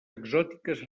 exòtiques